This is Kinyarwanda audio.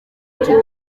iki